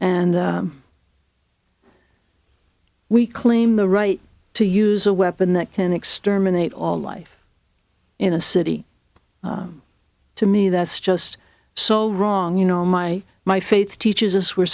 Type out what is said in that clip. and we claim the right to use a weapon that can exterminate all life in a city to me that's just so wrong you know my my faith teaches us we're